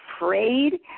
afraid